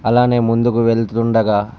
అలాగే ముందుకు వెళ్తుండగా